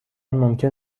ممکن